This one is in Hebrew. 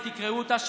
ותקראו אותה,